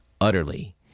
Utterly